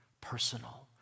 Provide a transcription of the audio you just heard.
personal